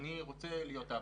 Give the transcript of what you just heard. אני רוצה להיות אבא,